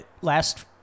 last